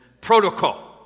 protocol